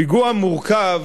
פיגוע מורכב,